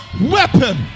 weapon